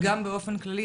באופן כללי,